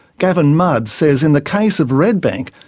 gavin mudd says in the case of redbank,